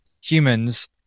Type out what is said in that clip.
humans